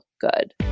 good